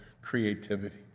creativity